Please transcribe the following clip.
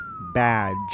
badge